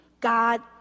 God